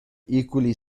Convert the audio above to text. equally